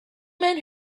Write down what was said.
men